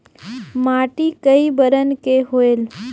माटी कई बरन के होयल?